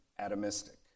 Atomistic